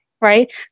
right